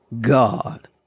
God